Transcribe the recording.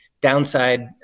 downside